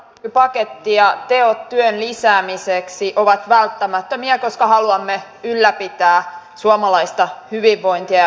hallituksen kilpailukykypaketti ja teot työn lisäämiseksi ovat välttämättömiä koska haluamme ylläpitää suomalaista hyvinvointia ja pelastaa sen